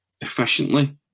efficiently